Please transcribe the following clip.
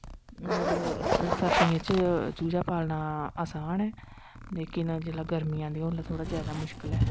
और सर्दियैं च चूजा पालनां आसान ऐ लेकिन जिसलै गर्मियां आदियां उसलै जादा मुश्किल ऐ